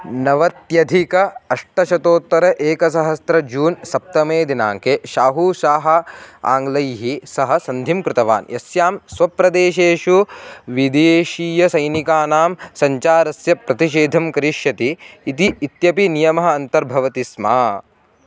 नवत्यधिकाष्टशतोत्तरैकसहस्त्रं June सप्तमे दिनाङ्के शाहूशाः आङ्ग्लैः सह सन्धिं कृतवान् यस्यां स्वप्रदेशेषु विदेशीयसैनिकानां सञ्चारस्य प्रतिशेधं करिष्यति इति इत्यपि नियमः अन्तर्भवति स्म